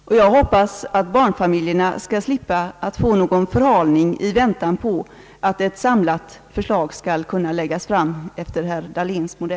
Herr talman! Jag hoppas att barnfamiljerna skall slippa att få någon förhalning i väntan på att ett samlat förslag efter herr Dahléns modell skall kunna läggas fram.